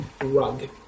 rug